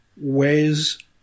ways